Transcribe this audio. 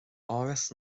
áras